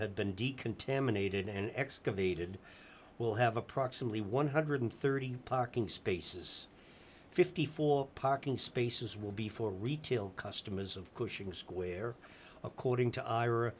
had been decontaminated and excavated will have approximately one hundred and thirty parking spaces fifty four dollars parking spaces will be for retail customers of cushing square according to ira